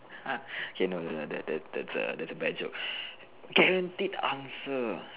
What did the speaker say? ah okay no no no that's a that's a bad joke guaranteed answer